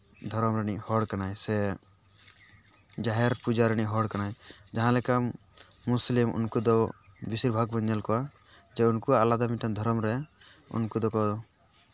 ᱫᱷᱚᱨᱚᱢ ᱨᱤᱱᱤᱡ ᱦᱚᱲ ᱠᱟᱱᱟᱭ ᱥᱮ ᱡᱟᱦᱮᱨ ᱯᱩᱡᱟᱹ ᱨᱤᱱᱤᱡ ᱦᱚᱲ ᱠᱟᱱᱟᱭ ᱡᱟᱦᱟᱸ ᱞᱮᱠᱟᱢ ᱢᱩᱥᱞᱤᱢ ᱩᱱᱠᱩ ᱫᱚ ᱵᱤᱥᱤᱨ ᱵᱷᱟᱜᱽ ᱵᱚᱱ ᱧᱮᱞ ᱠᱚᱣᱟ ᱡᱮ ᱩᱱᱠᱩᱣᱟᱜ ᱟᱞᱟᱫᱟ ᱢᱤᱫᱴᱤᱡ ᱫᱷᱚᱨᱚᱢ ᱨᱮ ᱩᱱᱠᱩ ᱫᱚᱠᱚ